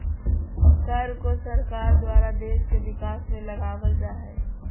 कर को सरकार द्वारा देश के विकास में लगावल जा हय